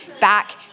back